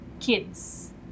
kids